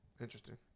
Interesting